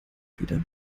wider